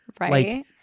Right